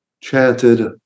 chanted